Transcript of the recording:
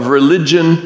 religion